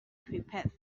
prepared